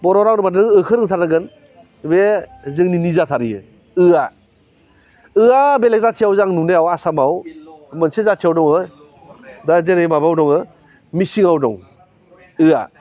बर' राव रोंनोबा नोङो ओ खौ रोंथारनांगोन बे जोंनि निजाखा बेयो ओ आ ओ आ बेलेग जाथियाव आं नुनायाव आसामाव मोनसे जाथियाव दङ दा जेरै माबायाव दङ मिसिंयाव दं ओ आ